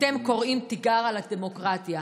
אתם קוראים תיגר על הדמוקרטיה,